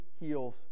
heals